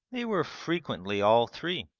they were frequently all three.